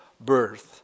birth